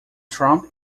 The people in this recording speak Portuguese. trump